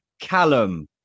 Callum